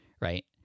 right